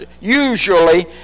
usually